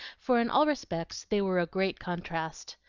for in all respects they were a great contrast.